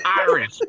Irish